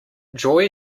joy